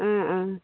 অঁ অঁ